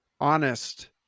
honest